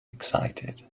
excited